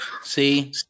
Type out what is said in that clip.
See